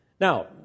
Now